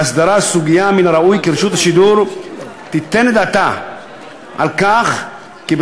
בהסדרת הסוגיה מן הראוי כי רשות השידור תיתן את דעתה כי בסופו